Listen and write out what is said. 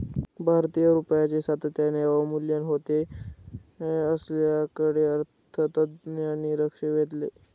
भारतीय रुपयाचे सातत्याने अवमूल्यन होत असल्याकडे अर्थतज्ज्ञांनी लक्ष वेधले